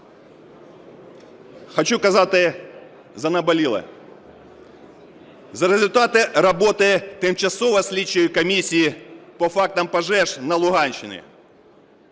Хочу казати за наболіле – за результати роботи Тимчасової слідчої комісії по фактам пожеж на Луганщині.